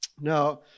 Now